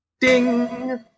Ding